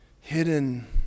hidden